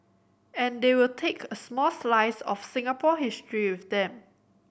and they will take a small slice of Singapore history with them